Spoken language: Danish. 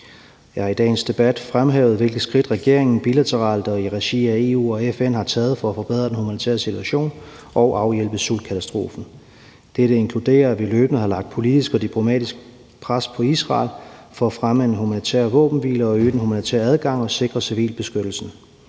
Jeg har i dagens debat fremhævet, hvilke skridt regeringen bilateralt og i regi af EU og FN har taget for at forbedre den humanitære situation og afhjælpe sultkatastrofen. Dette inkluderer, at vi løbende har lagt politisk og diplomatisk pres på Israel for at fremme en humanitær våbenhvile, øge den humanitære adgang og sikre civilbeskyttelsen,